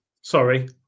sorry